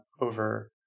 over